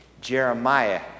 Jeremiah